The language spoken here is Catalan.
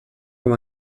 com